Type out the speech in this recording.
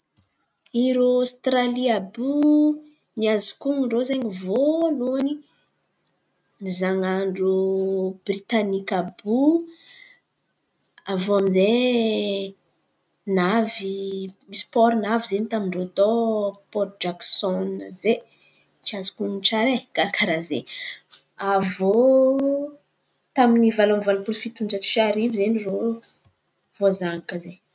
Irô ôstralia àby io, ny azoko honon̈o irô izen̈y voalohany zan̈an-drô britaniky àby io. Avô aminjay navy misy pôro navy tamin-drô tô, pôro jaksôna zay, tsy azoko honon̈o tsara ai karà izen̈y. Avô tamin’ny valom-polo fiton-jato sy arivo zen̈y irô voazanaka izen̈y.